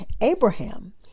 Abraham